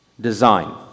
design